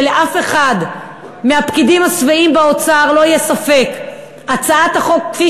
שלאף אחד מהפקידים השבעים באוצר לא יהיה ספק שהצעת החוק כפי